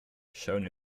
shone